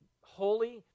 holy